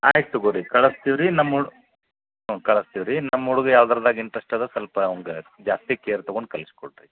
ಆಯಿತು ಬಿಡಿ ಕಳಸ್ತೀವಿ ರೀ ನಮ್ಮ ಹುಡ್ ಹ್ಞೂ ಕಳಸ್ತೀವಿ ರೀ ನಮ್ಮ ಹುಡುಗ ಯಾವ್ದ್ರಾದಾಗೆ ಇಂಟ್ರೆಸ್ಟ್ ಇದೆ ಸ್ವಲ್ಪ ಅಂವ್ಗೆ ಜಾಸ್ತಿ ಕೇರ್ ತೊಗೊಂಡು ಕಲಿಸಿ ಕೊಡಿರಿ